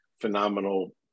phenomenal